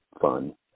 fun